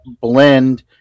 blend